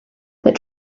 that